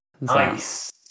Nice